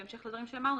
בהמשך לדברים שאמרנו,